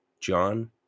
John